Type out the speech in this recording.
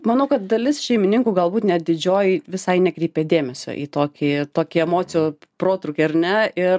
manau kad dalis šeimininkų galbūt net didžioji visai nekreipia dėmesio į tokį į tokį emocijų protrūkį ar ne ir